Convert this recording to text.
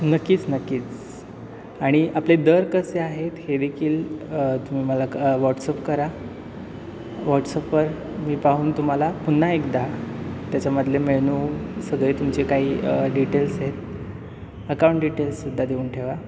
नक्कीच नक्कीच आणि आपले दर कसे आहेत हे देखील तुम्ही मला व्हॉट्सअप करा वॉट्सअपवर मी पाहून तुम्हाला पुन्हा एकदा त्याच्यामधले मेनू सगळे तुमचे काही डिटेल्स आहेत अकाउंट डिटेल्स सुद्धा देऊन ठेवा